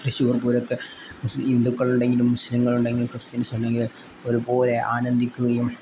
തൃശ്ശൂർ പൂരത്ത് ഹിന്ദുക്കൾ ഉണ്ടെങ്കിലും മുസ്ലിങ്ങളുണ്ടെങ്കിലു ക്രിസ്ത്യൻസ് ഉണ്ടെങ്കിൽ ഒരുപോലെ ആനന്ദിക്കുകയും